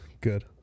Good